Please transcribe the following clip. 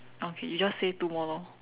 okay you just say two more lor